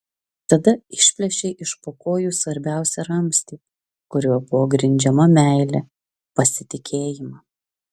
tada išplėšei iš po kojų svarbiausią ramstį kuriuo buvo grindžiama meilė pasitikėjimą